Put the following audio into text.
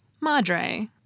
Madre